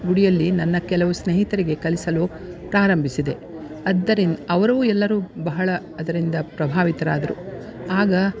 ಗುಡಿಯಲ್ಲಿ ನನ್ನ ಕೆಲವು ಸ್ನೇಹಿತರಿಗೆ ಕಲಿಸಲು ಪ್ರಾರಂಭಿಸಿದೆ ಅದ್ದರಿನ್ ಅವರೂ ಎಲ್ಲರೂ ಬಹಳ ಅದರಿಂದ ಪ್ರಭಾವಿತರಾದರು ಆಗ